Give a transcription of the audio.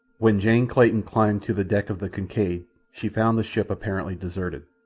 when jane clayton climbed to the deck of the kincaid she found the ship apparently deserted.